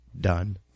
done